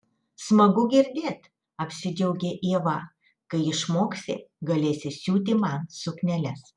smagu girdėt apsidžiaugė ieva kai išmoksi galėsi siūti man sukneles